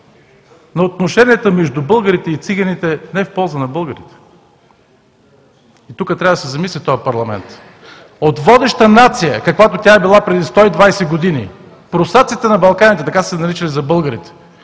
на отношенията между българите и циганите не е в полза на българите. Тук трябва да се замисли този парламент. От водеща нация, каквато тя е била преди 120 г. „прусаците на Балканите“, така са ги наричали българите,